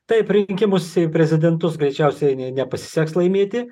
taip rinkimus į prezidentus greičiausiai n nepasiseks laimėti